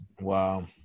Wow